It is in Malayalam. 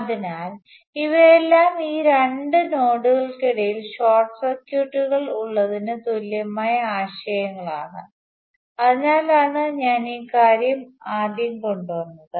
അതിനാൽ ഇവയെല്ലാം ഈ രണ്ട് നോഡുകൾക്കിടയിൽ ഷോർട്ട് സർക്യൂട്ടുകൾ ഉള്ളതിന് തുല്യമായ ആശയങ്ങളാണ് അതിനാലാണ് ഞാൻ ഈ കാര്യം ആദ്യം കൊണ്ടുവന്നത്